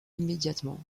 immédiatement